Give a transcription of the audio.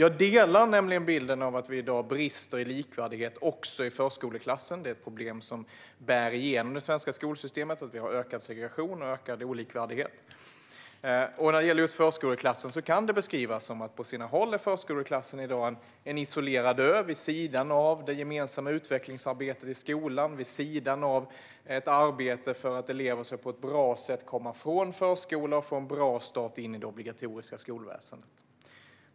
Vi delar nämligen synen att vi i dag brister i likvärdighet också i förskoleklassen. Det är ett problem som är genomgående i det svenska skolsystemet att vi har ökad segregation och ökad olikvärdighet. När det gäller förskoleklassen kan det beskrivas som att på sina håll är förskoleklassen i dag en isolerad ö vid sidan av det gemensamma utvecklingsarbetet i skolan och vid sidan av ett arbete för att man på ett bra sätt ska komma från förskolan och få en bra start i det obligatoriska skolväsendet.